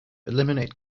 eliminate